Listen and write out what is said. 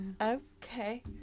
Okay